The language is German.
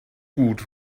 gut